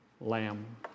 lamb